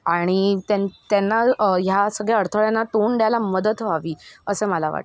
आणि त्यान् त्यांना ह्या सगळ्या अडथळ्यांना तोंड द्यायला मदत व्हावी असं मला वाटतं